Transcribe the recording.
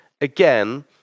again